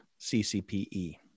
CCPE